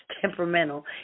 temperamental